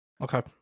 Okay